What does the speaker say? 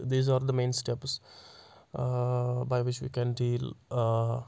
these are the main steps by which we can deal